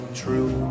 true